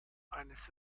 eines